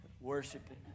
worshiping